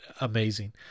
amazing